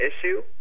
issue